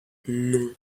non